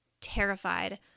terrified